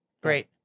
Great